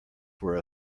were